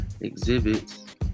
exhibits